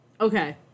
Okay